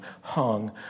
hung